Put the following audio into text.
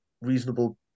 reasonable